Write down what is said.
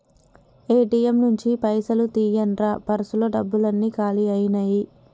ATM నుంచి పైసలు తీయండ్రా పర్సులో డబ్బులన్నీ కాలి అయ్యినాయి